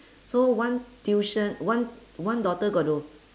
so one tuition one one daughter got to